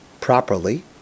properly